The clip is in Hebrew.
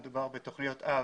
מדובר בתכניות אב,